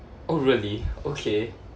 oh really okay